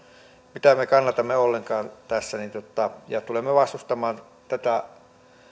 mitä me kannatamme ollenkaan tässä ja tulemme vastustamaan tätä